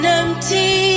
empty